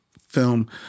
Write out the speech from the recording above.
film